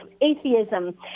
atheism